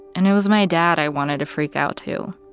and it was my dad i wanted to freak out to.